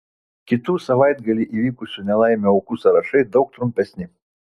kitų savaitgalį įvykusių nelaimių aukų sąrašai daug trumpesni